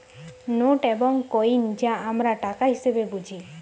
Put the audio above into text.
note এবং coin যা আমরা টাকা হিসেবে বুঝি